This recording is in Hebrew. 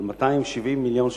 של 270 מיליון שקלים,